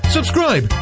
Subscribe